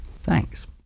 Thanks